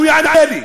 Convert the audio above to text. שהוא יענה לי.